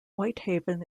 whitehaven